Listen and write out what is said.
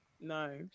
No